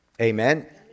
Amen